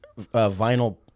vinyl